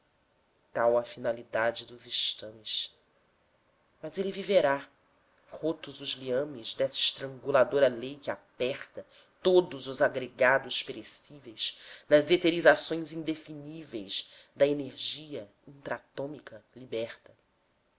tal a finalidade dos estames mas ele viverá rotos os liames dessa estranguladora lei que aperta todos os agregados perecíveis nas eterizações indefiníveis da energia intra atômica liberta